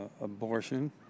Abortion